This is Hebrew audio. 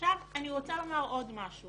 לא לפסול מישהו